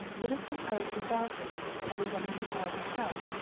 it is composed of belgians and is at the savoy hotel.